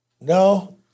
No